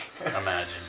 Imagine